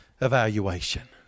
evaluation